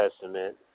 Testament